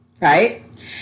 Right